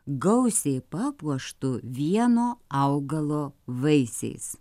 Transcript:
gausiai papuoštu vieno augalo vaisiais